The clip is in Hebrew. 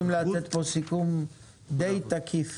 אנחנו הולכים לתת פה סיכום די תקיף.